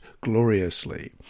gloriously